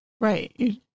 Right